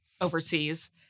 overseas